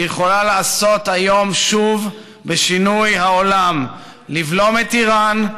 היא יכולה לעשות היום שוב לשינוי העולם: לבלום את איראן,